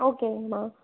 ஓகேங்கம்மா